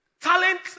talent